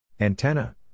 Antenna